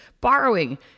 borrowing